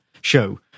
show